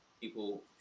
people